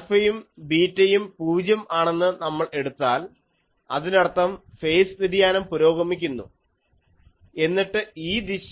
ആൽഫയും ബീറ്റയും പൂജ്യം ആണെന്ന് നമ്മൾ എടുത്താൽ അതിനർത്ഥം ഫേസ് വ്യതിയാനം പുരോഗമിക്കുന്നു എന്നിട്ട് ഈ ദിശ